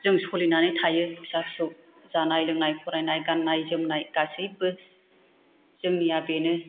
जों सलिनानै थायो फिसा फिसौ जानाय लोंनाय फरायनाय गान्नाय जोमनाय गासैबो जोंनिया बेनो